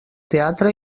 teatre